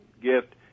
gift